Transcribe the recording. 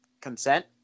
consent